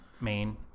main